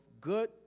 good